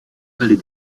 palais